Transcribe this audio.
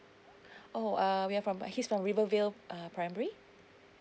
oh err we're from he's from rivervale primary